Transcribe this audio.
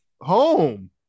Home